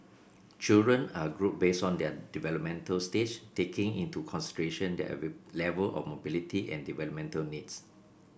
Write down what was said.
children are grouped based on their developmental stage taking into consideration their level of mobility and developmental needs